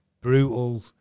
brutal